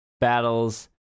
battles